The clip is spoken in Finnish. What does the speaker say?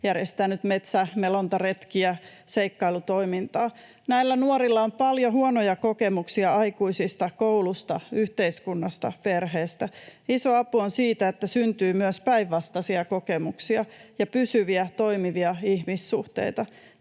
järjestänyt metsä- ja melontaretkiä, seikkailutoimintaa. Näillä nuorilla on paljon huonoja kokemuksia aikuisista, koulusta, yhteiskunnasta, perheestä. Iso apu on siitä, että syntyy myös päinvastaisia kokemuksia ja pysyviä, toimivia ihmissuhteita.